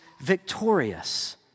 victorious